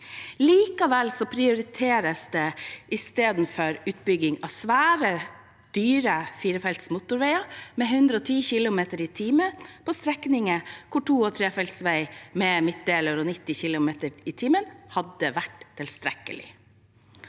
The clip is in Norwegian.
Likevel prioriteres utbygging av svære, dyre firefelts motorveier med 110 km/t på strekninger hvor to- og trefelts vei med midtdeler og 90 km/t hadde vært tilstrekkelig.